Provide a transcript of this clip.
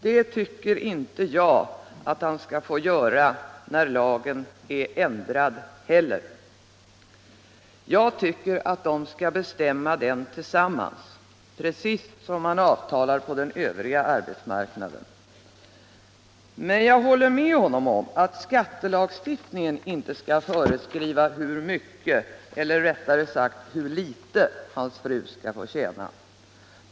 Det tycker jag att han inte skall få göra ens när lagen är ändrad. Makarna skall bestämma lönen tillsammans, precis som man avtalar på den övriga arbetsmarknaden. Jag håller dock med honom om att skattelagstiftningen inte skall föreskriva hur mycket eller, rättare sagt, hur litet hans fru skall få tjäna.